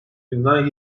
günden